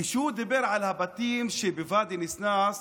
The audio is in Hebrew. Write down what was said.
כשהוא דיבר על הבתים שבוואדי ניסנאס